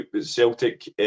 Celtic